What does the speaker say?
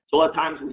so lot of times,